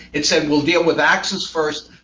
it said, we'll deal with access first.